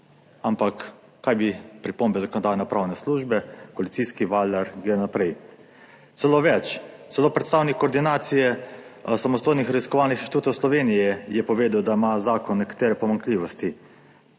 Ampak kaj bodo pripombe Zakonodajno-ravne službe, koalicijski valjar gre naprej. Celo več, celo predstavnik Koordinacije samostojnih raziskovalnih inštitutov Slovenije je povedal, da ima zakon nekatere pomanjkljivosti.